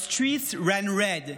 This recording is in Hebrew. Our streets ran red,